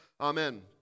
Amen